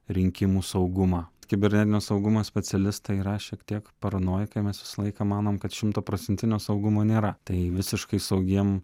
rinkimų saugumą kibernetinio saugumo specialistai yra šiek tiek paranojikai mes visą laiką manom kad šimtaprocentinio saugumo nėra tai visiškai saugiems